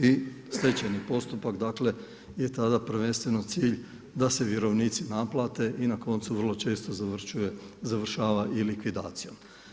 I stečajni postupak je tada prvenstveno cilj da se vjerovnici naplate i na kocu vrlo često završava i likvidacijom.